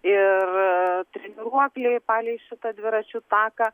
ir treniruokliai palei šitą dviračių taką